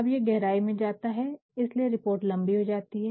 अब ये गहराई में जाता है और इसलिए रिपोर्ट लंबी हो जाती है